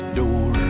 door